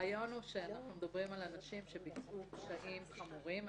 --- הרעיון הוא שאנחנו מדברים על אנשים שביצעו פשעים חמורים.